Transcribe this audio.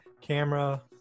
camera